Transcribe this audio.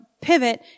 pivot